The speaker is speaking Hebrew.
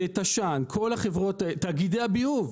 את תש"ן, תאגידי הביוב.